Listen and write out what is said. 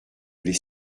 les